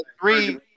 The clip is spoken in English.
three